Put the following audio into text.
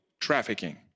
trafficking